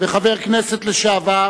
וחבר הכנסת לשעבר